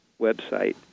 website